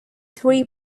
three